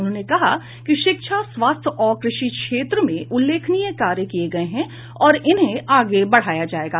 उन्होंने कहा कि शिक्षा स्वास्थ्य और कृषि क्षेत्र में उल्लेखनीय कार्य किये गये हैं और इन्हें आगे बढ़ाया जायेगा